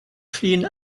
clean